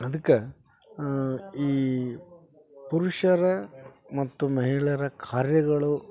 ಅದ್ಕೆ ಈ ಪುರುಷರ ಮತ್ತು ಮಹಿಳೆಯರ ಕಾರ್ಯಗಳು